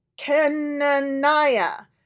Kenaniah